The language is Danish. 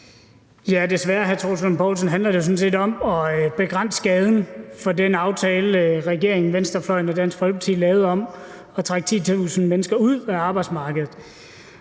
Desværre handler det jo om at begrænse skaden fra den aftale, regeringen, venstrefløjen og Dansk Folkeparti lavede, om at trække 10.000 mennesker ud af arbejdsmarkedet.